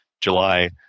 July